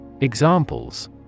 Examples